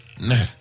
no